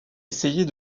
essayer